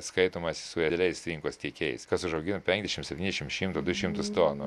skaitomasi su realiais rinkos tiekėjais kas užaugina penkiasdešim septyniasdešim šimtą du šimtus tonų